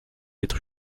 être